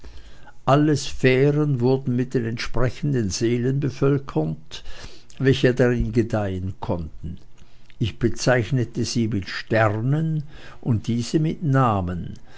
alle sphären wurden mit entsprechenden seelen bevölkert welche darin gedeihen konnten ich bezeichnete sie mit sternen und diese mit namen